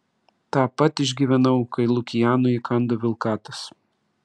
tą pat išgyvenau kai lukianui įkando vilkatas